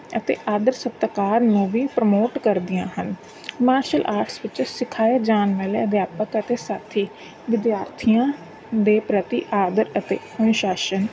ਅਤੇ ਆਦਰ ਸਤਿਕਾਰ ਨੂੰ ਵੀ ਪ੍ਰਮੋਟ ਕਰਦੀਆਂ ਹਨ ਮਾਰਸ਼ਲ ਆਰਟਸ ਵਿੱਚ ਸਿਖਾਏ ਜਾਣ ਵਾਲੇ ਅਧਿਆਪਕ ਅਤੇ ਸਾਥੀ ਵਿਦਿਆਰਥੀਆਂ ਦੇ ਪ੍ਰਤੀ ਆਦਰ ਅਤੇ ਅਨੁਸ਼ਾਸਨ